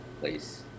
place